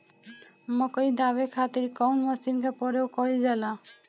मकई दावे खातीर कउन मसीन के प्रयोग कईल जाला?